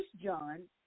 John